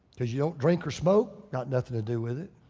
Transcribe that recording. because you don't drink or smoke? got nothing to do with it.